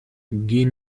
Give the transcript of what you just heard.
geh